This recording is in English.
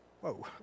Whoa